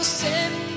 send